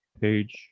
page